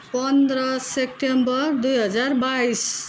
पन्ध्र सेप्टेम्बर दुई हजार बाइस